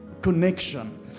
connection